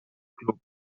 club